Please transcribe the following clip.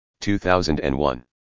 2001